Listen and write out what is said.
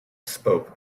spoke